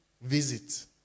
visit